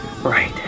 Right